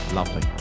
Lovely